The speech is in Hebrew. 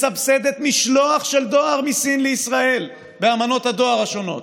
מסבסדת משלוח של דואר מסין לישראל באמנות הדואר השונות.